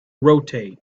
rotate